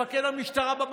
מפקד המשטרה,